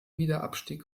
wiederabstieg